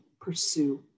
pursue